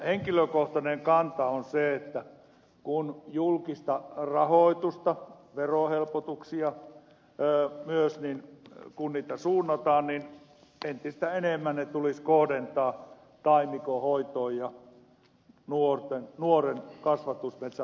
henkilökohtainen kantani on se että kun julkista rahoitusta suunnataan verohelpotuksia myös ennen kuudetta suunnataan niin teen entistä enemmän ne tulisi kohdentaa taimikon hoitoon ja nuoren kasvatusmetsän harvennukseen